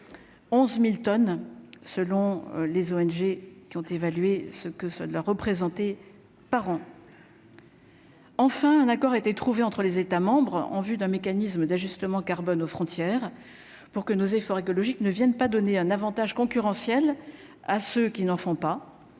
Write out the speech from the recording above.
11000 tonnes selon les ONG qui ont évalué ce que ceux de la représenter par an. Enfin, un accord a été trouvé entre les États membres en vue d'un mécanisme d'ajustement carbone aux frontières pour que nos efforts écologiques ne viennent pas donner un Avantage concurrentiel à ceux qui n'en font pas,